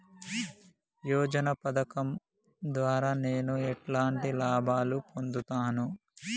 యోజన పథకం ద్వారా నేను ఎలాంటి లాభాలు పొందుతాను?